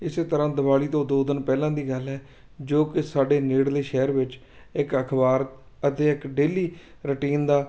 ਇਸੇ ਤਰ੍ਹਾਂ ਦਿਵਾਲੀ ਤੋਂ ਦੋ ਦਿਨ ਪਹਿਲਾਂ ਦੀ ਗੱਲ ਹੈ ਜੋ ਕਿ ਸਾਡੇ ਨੇੜਲੇ ਸ਼ਹਿਰ ਵਿੱਚ ਇੱਕ ਅਖ਼ਬਾਰ ਅਤੇ ਇੱਕ ਡੇਲੀ ਰੂਟੀਨ ਦਾ